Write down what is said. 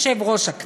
4א,